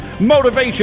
motivation